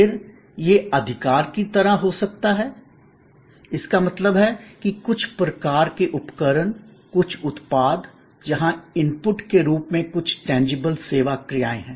फिर यह अधिकार की तरह हो सकता है इसका मतलब है कि कुछ प्रकार के उपकरण कुछ उत्पाद जहां इनपुट के रूप में कुछ टेंजिबल सेवा क्रियाएं हैं